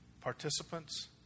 participants